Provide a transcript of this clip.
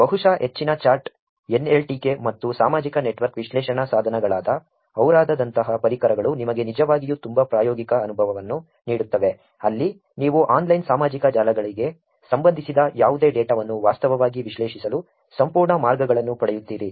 ಆದ್ದರಿಂದ ಬಹುಶಃ ಹೆಚ್ಚಿನ ಚಾರ್ಟ್ ಎನ್ಎಲ್ಟಿಕೆ ಮತ್ತು ಸಾಮಾಜಿಕ ನೆಟ್ವರ್ಕ್ ವಿಶ್ಲೇಷಣಾ ಸಾಧನಗಳಾದ ಓರಾದಂತಹ ಪರಿಕರಗಳು ನಿಮಗೆ ನಿಜವಾಗಿಯೂ ತುಂಬಾ ಪ್ರಾಯೋಗಿಕ ಅನುಭವವನ್ನು ನೀಡುತ್ತವೆ ಅಲ್ಲಿ ನೀವು ಆನ್ಲೈನ್ ಸಾಮಾಜಿಕ ಜಾಲಗಳಿಗೆ ಸಂಬಂಧಿಸಿದ ಯಾವುದೇ ಡೇಟಾವನ್ನು ವಾಸ್ತವವಾಗಿ ವಿಶ್ಲೇಷಿಸಲು ಸಂಪೂರ್ಣ ಮಾರ್ಗಗಳನ್ನು ಪಡೆಯುತ್ತೀರಿ